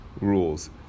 rules